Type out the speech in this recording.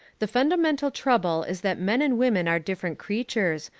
the fundamental trouble is that men and women are different creatures,